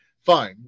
fine